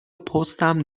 پستم